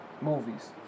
movies